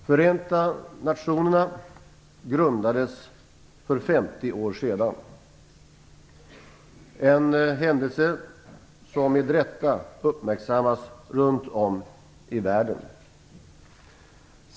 Förenta nationerna grundades för 50 år sedan - en händelse som med rätta uppmärksammas runt om i världen.